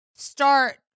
Start